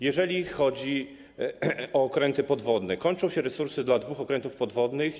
Jeżeli chodzi o okręty podwodne, kończą się resursy dla dwóch okrętów podwodnych.